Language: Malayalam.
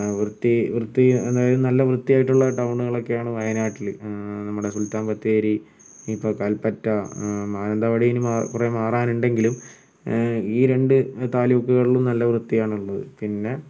വൃത്തി വൃത്തി അതായത് നല്ല വൃത്തിയായിട്ടുള്ള ടൗണുകളൊക്കെയാണ് വയനാട്ടില് നമ്മുടെ സുൽത്താൻബത്തേരി ഇപ്പോൾ കൽപ്പറ്റ മാനന്തവാടി ഇനിമാർ കുറേ മാറാനുണ്ടെങ്കിലും ഈ രണ്ട് താലൂക്കുകളിലും നല്ല വൃത്തിയാണുള്ളത് പിന്നെ